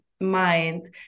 mind